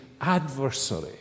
adversary